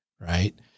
Right